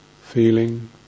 feeling